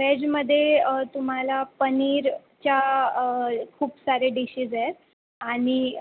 वेजमध्ये तुम्हाला पनीरच्या खूप सारे डिशेस आहेत आणि